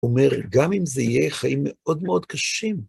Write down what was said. אומר, גם אם זה יהיה, חיים מאוד מאוד קשים.